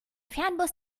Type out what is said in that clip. fernbus